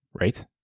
Right